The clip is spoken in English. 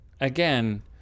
again